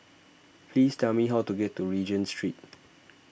please tell me how to get to Regent Street